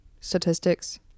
Statistics